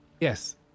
Yes